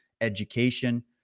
education